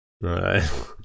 Right